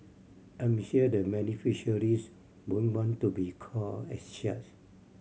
I'm sure the beneficiaries wouldn't want to be called as such